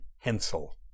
Hensel